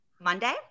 Monday